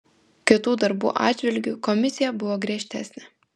kitų darbų atžvilgiu komisija buvo griežtesnė